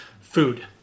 food